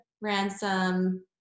ransom